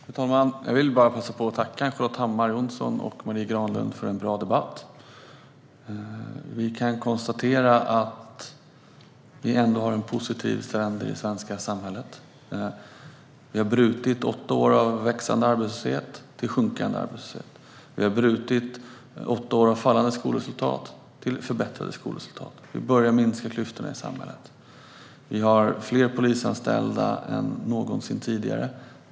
Fru talman! Jag vill bara passa på att tacka Ann-Charlotte Hammar Johnsson och Marie Granlund för en bra debatt. Vi kan konstatera att vi ändå har en positiv trend i det svenska samhället. Vi har brutit åtta år av växande arbetslöshet till sjunkande arbetslöshet. Vi har brutit åtta år av fallande skolresultat till förbättrade skolresultat. Vi börjar minska klyftorna i samhället. Det finns fler polisanställda än någonsin tidigare.